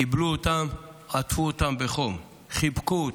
קיבלו אותם, עטפו אותם בחום, חיבקו אותם.